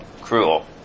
cruel